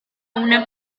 una